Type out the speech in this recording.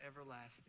everlasting